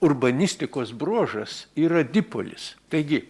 urbanistikos bruožas yra dipolis taigi